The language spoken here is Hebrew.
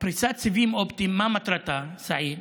פריסת סיבים אופטיים, מה מטרתה, סעיד?